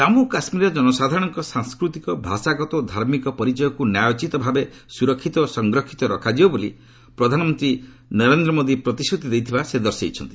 ଜାମ୍ମୁ କାଶ୍ମୀରର ଜନସାଧାରଣଙ୍କ ସାଂସ୍କୃତିକ ଭାଷାଗତ ଓ ଧାର୍ମିକ ପରିଚୟକୁ ନ୍ୟାୟୋଚିତ ଭାବେ ସୁରକ୍ଷିତ ଓ ସଂରକ୍ଷିତ ରଖାଯିବ ବୋଲି ପ୍ରଧାନମନ୍ତ୍ରୀ ନରେନ୍ଦ୍ର ମୋଦୀ ପ୍ରତିଶ୍ରୁତି ଦେଇଛନ୍ତି